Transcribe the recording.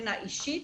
מבחינה אישית,